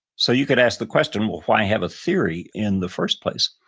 so you could ask the question, well, why have a theory in the first place?